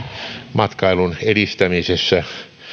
matkailun edistämisessä